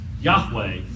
Yahweh